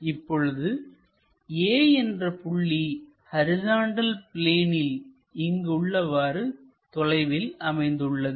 இப்பொழுது A என்ற புள்ளி ஹரிசாண்டல் பிளேனில் இங்கு உள்ளவாறு தொலைவில் அமைந்துள்ளது